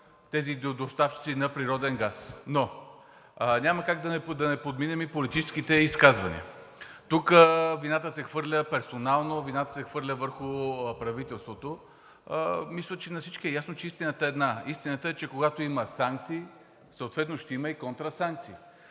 тези доставчици на природен газ. Но няма как да подминем политическите изказвания. Тук вината се хвърля персонално – вината се хвърля върху правителството. Мисля, че на всички е ясно, че истината е една – истината е, че когато има санкции, съответно ще има и контрасанкции.